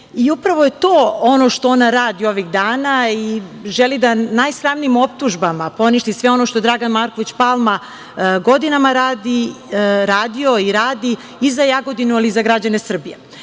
Upravo je to ono što ona radi ovih dana i želi da najsramnijim optužbama poništi sve ono što Dragan Marković Palma godinama radi, radio je i radi i za Jagodinu i za građane Srbije. Sada